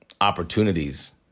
opportunities